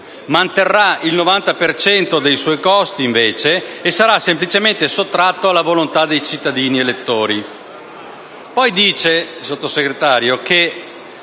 manterrà il 90 per cento dei suoi costi e sarà semplicemente sottratto alla volontà dei cittadini elettori.